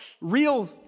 real